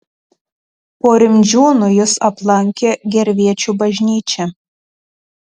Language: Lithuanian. po rimdžiūnų jis aplankė gervėčių bažnyčią